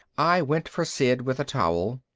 i went for sid with a towel.